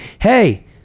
hey